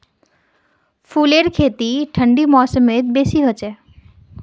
फूलेर खेती ठंडी मौसमत बेसी हछेक